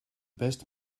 best